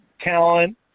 talent